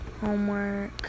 homework